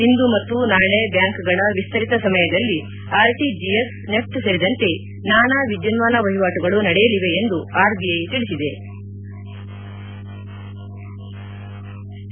ಇಂದು ಮತ್ತು ನಾಳೆ ಬ್ಲಾಂಕ್ಗಳ ವಿಸ್ತರಿತ ಸಮಯದಲ್ಲಿ ಆರ್ಟಿಜಿಎಸ್ ನೆಫ್ಟ್ ಸೇರಿದಂತೆ ನಾನಾ ವಿದ್ಯುನ್ನಾನ ವಹಿವಾಟುಗಳು ನಡೆಯಲಿವೆ ಎಂದು ಆರ್ಬಿಐ ತಿಳಿಸಿವೆ